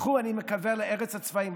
אני מקווה שהם ילכו לעמק הצבאים.